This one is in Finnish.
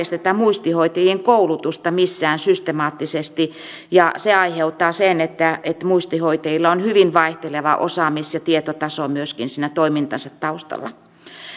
hetkellä ei järjestetä muistihoitajien koulutusta missään systemaattisesti ja se aiheuttaa sen että muistihoitajilla on hyvin vaihteleva osaamis ja tietotaso myöskin siinä toimintansa taustalla